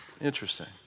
Interesting